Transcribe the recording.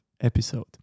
episode